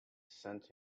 sent